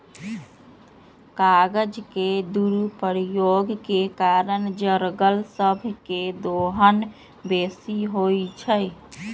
कागज के दुरुपयोग के कारण जङगल सभ के दोहन बेशी होइ छइ